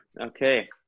Okay